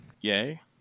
Yay